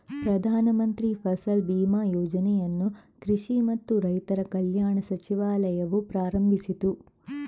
ಪ್ರಧಾನ ಮಂತ್ರಿ ಫಸಲ್ ಬಿಮಾ ಯೋಜನೆಯನ್ನು ಕೃಷಿ ಮತ್ತು ರೈತರ ಕಲ್ಯಾಣ ಸಚಿವಾಲಯವು ಪ್ರಾರಂಭಿಸಿತು